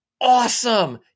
awesome